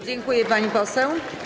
Dziękuję, pani poseł.